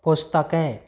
पुस्तकें